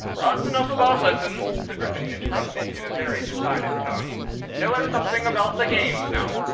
that's enough about lessons, the gryphon interrupted in a very decided tone tell her something about the games now.